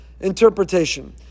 interpretation